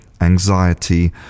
anxiety